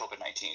COVID-19